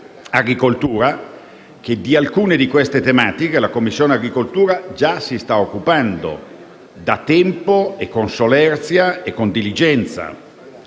agricoltura - che di alcune di queste tematiche la Commissione agricoltura già si sta occupando da tempo, con solerzia e con diligenza.